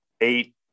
eight